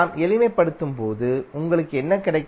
நாம் எளிமைப்படுத்தும் போது உங்களுக்கு என்ன கிடைக்கும்